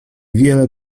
wiele